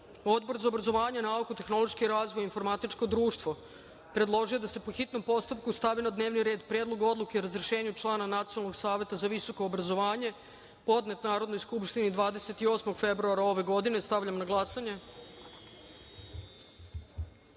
za obrazovanje, nauku, tehnološki razvoj, informatičko društvo, predložio je da se, po hitnom postupku, stavi na dnevni red Predlog odluke o razrešenju člana Nacionalnog saveta za visoko obrazovanje, podnet Narodnoj skupštini 28. februara ove godine. Stavljam na